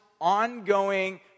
ongoing